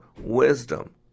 wisdom